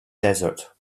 desert